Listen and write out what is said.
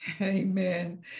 Amen